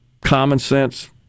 common-sense